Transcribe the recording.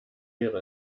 wäre